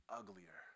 uglier